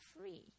free